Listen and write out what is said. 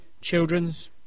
children's